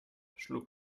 schlug